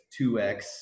2X